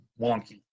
wonky